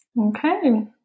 okay